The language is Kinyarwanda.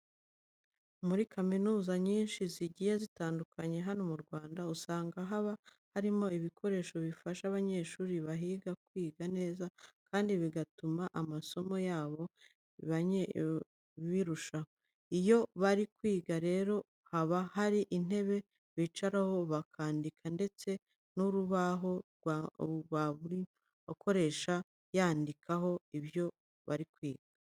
Muri kaminuza nyinshi zigiye zitandukanye za hano mu Rwanda, usanga haba harimo ibikoresho bifasha abanyeshuri bahiga kwiga neza, kandi bigatuma amasomo yabo bayamenya biruseho. Iyo bari kwiga rero, haba hari intebe bicaraho bakandika ndetse n'urubaho mwarimu akoresha yandikaho ibyo ari kwigisha.